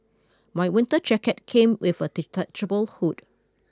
my winter jacket came with a detachable hood